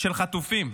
של חטופים.